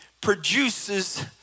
produces